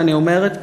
ואני אומרת,